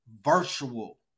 virtual